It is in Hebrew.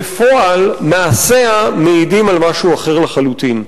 בפועל, מעשיה מעידים על משהו אחר לחלוטין.